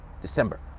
December